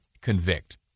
convict